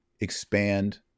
expand